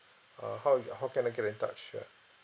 uh how are you g~ how can I get in touch ah